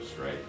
right